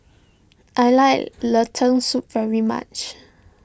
I like Lentil Soup very much